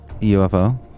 UFO